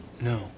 No